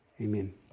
amen